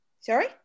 Sorry